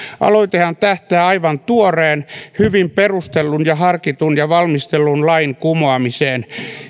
aloitehan tähtää aivan tuoreen hyvin perustellun ja harkitun ja valmistellun lain kumoamiseen